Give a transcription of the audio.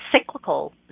cyclical